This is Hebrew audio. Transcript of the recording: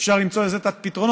אפשר למצוא לזה את הפתרונות,